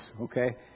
okay